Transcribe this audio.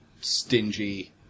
Stingy